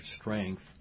strength